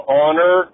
honor